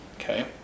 okay